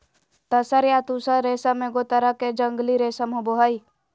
तसर या तुसह रेशम एगो तरह के जंगली रेशम होबो हइ